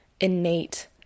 innate